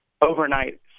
overnight